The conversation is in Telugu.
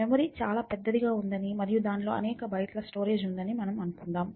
మెమరీ చాలా పెద్దదిగా ఉందని మరియు దానిలో అనేక బైట్ల స్టోరేజ్ ఉందని మనం అనుకుందాం